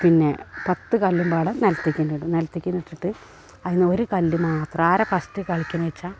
പിന്നെ പത്തു കല്ലുമ്പാടെ നിലത്തേക്കെന്നിടും നിലത്തേക്കിങ്ങനിട്ടിട്ട് അതീന്നൊരു കല്ലു മാത്രം ആരാ ഫസ്റ്റ് കളിക്കുന്നത് ച്ചാ